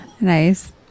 Nice